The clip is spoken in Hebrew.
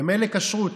ומילא כשרות,